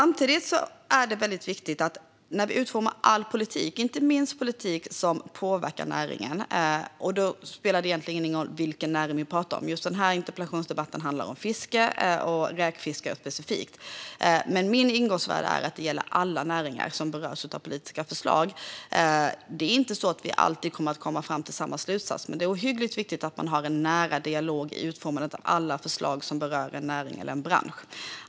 När vi utformar all politik, inte minst politik som påverkar näringar - det spelar egentligen ingen roll vilken näring vi talar om, även om just denna interpellationsdebatt handlar om fiske och specifikt räkfiske - kommer vi inte alltid att komma fram till samma slutsats, men det är mycket viktigt att ha en nära dialog i utformandet av alla förslag som berör en näring eller en bransch.